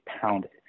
pounded